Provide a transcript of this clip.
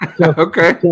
okay